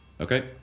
Okay